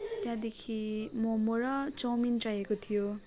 त्यहाँदेखि मोमो र चाउमिन चाहिएको थियो